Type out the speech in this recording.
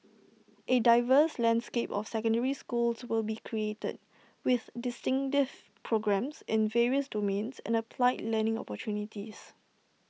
A diverse landscape of secondary schools will be created with distinctive programmes in various domains and applied learning opportunities